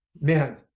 Man